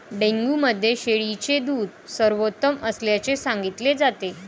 dengue मध्ये शेळीचे दूध सर्वोत्तम असल्याचे सांगितले जाते